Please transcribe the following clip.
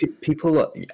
people